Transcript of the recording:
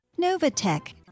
Novatech